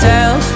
Tell